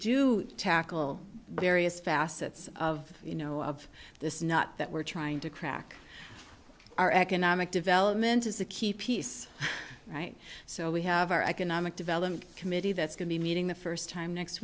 do tackle various facets of you know of this not that we're trying to crack our economic development is a key piece right so we have our economic development committee that's going to be meeting the first time next